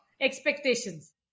expectations